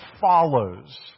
follows